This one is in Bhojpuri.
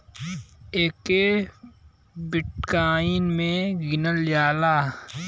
एके बिट्काइन मे गिनल जाला